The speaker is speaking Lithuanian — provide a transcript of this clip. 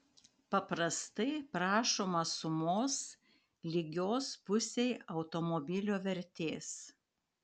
paprastai prašoma sumos lygios pusei automobilio vertės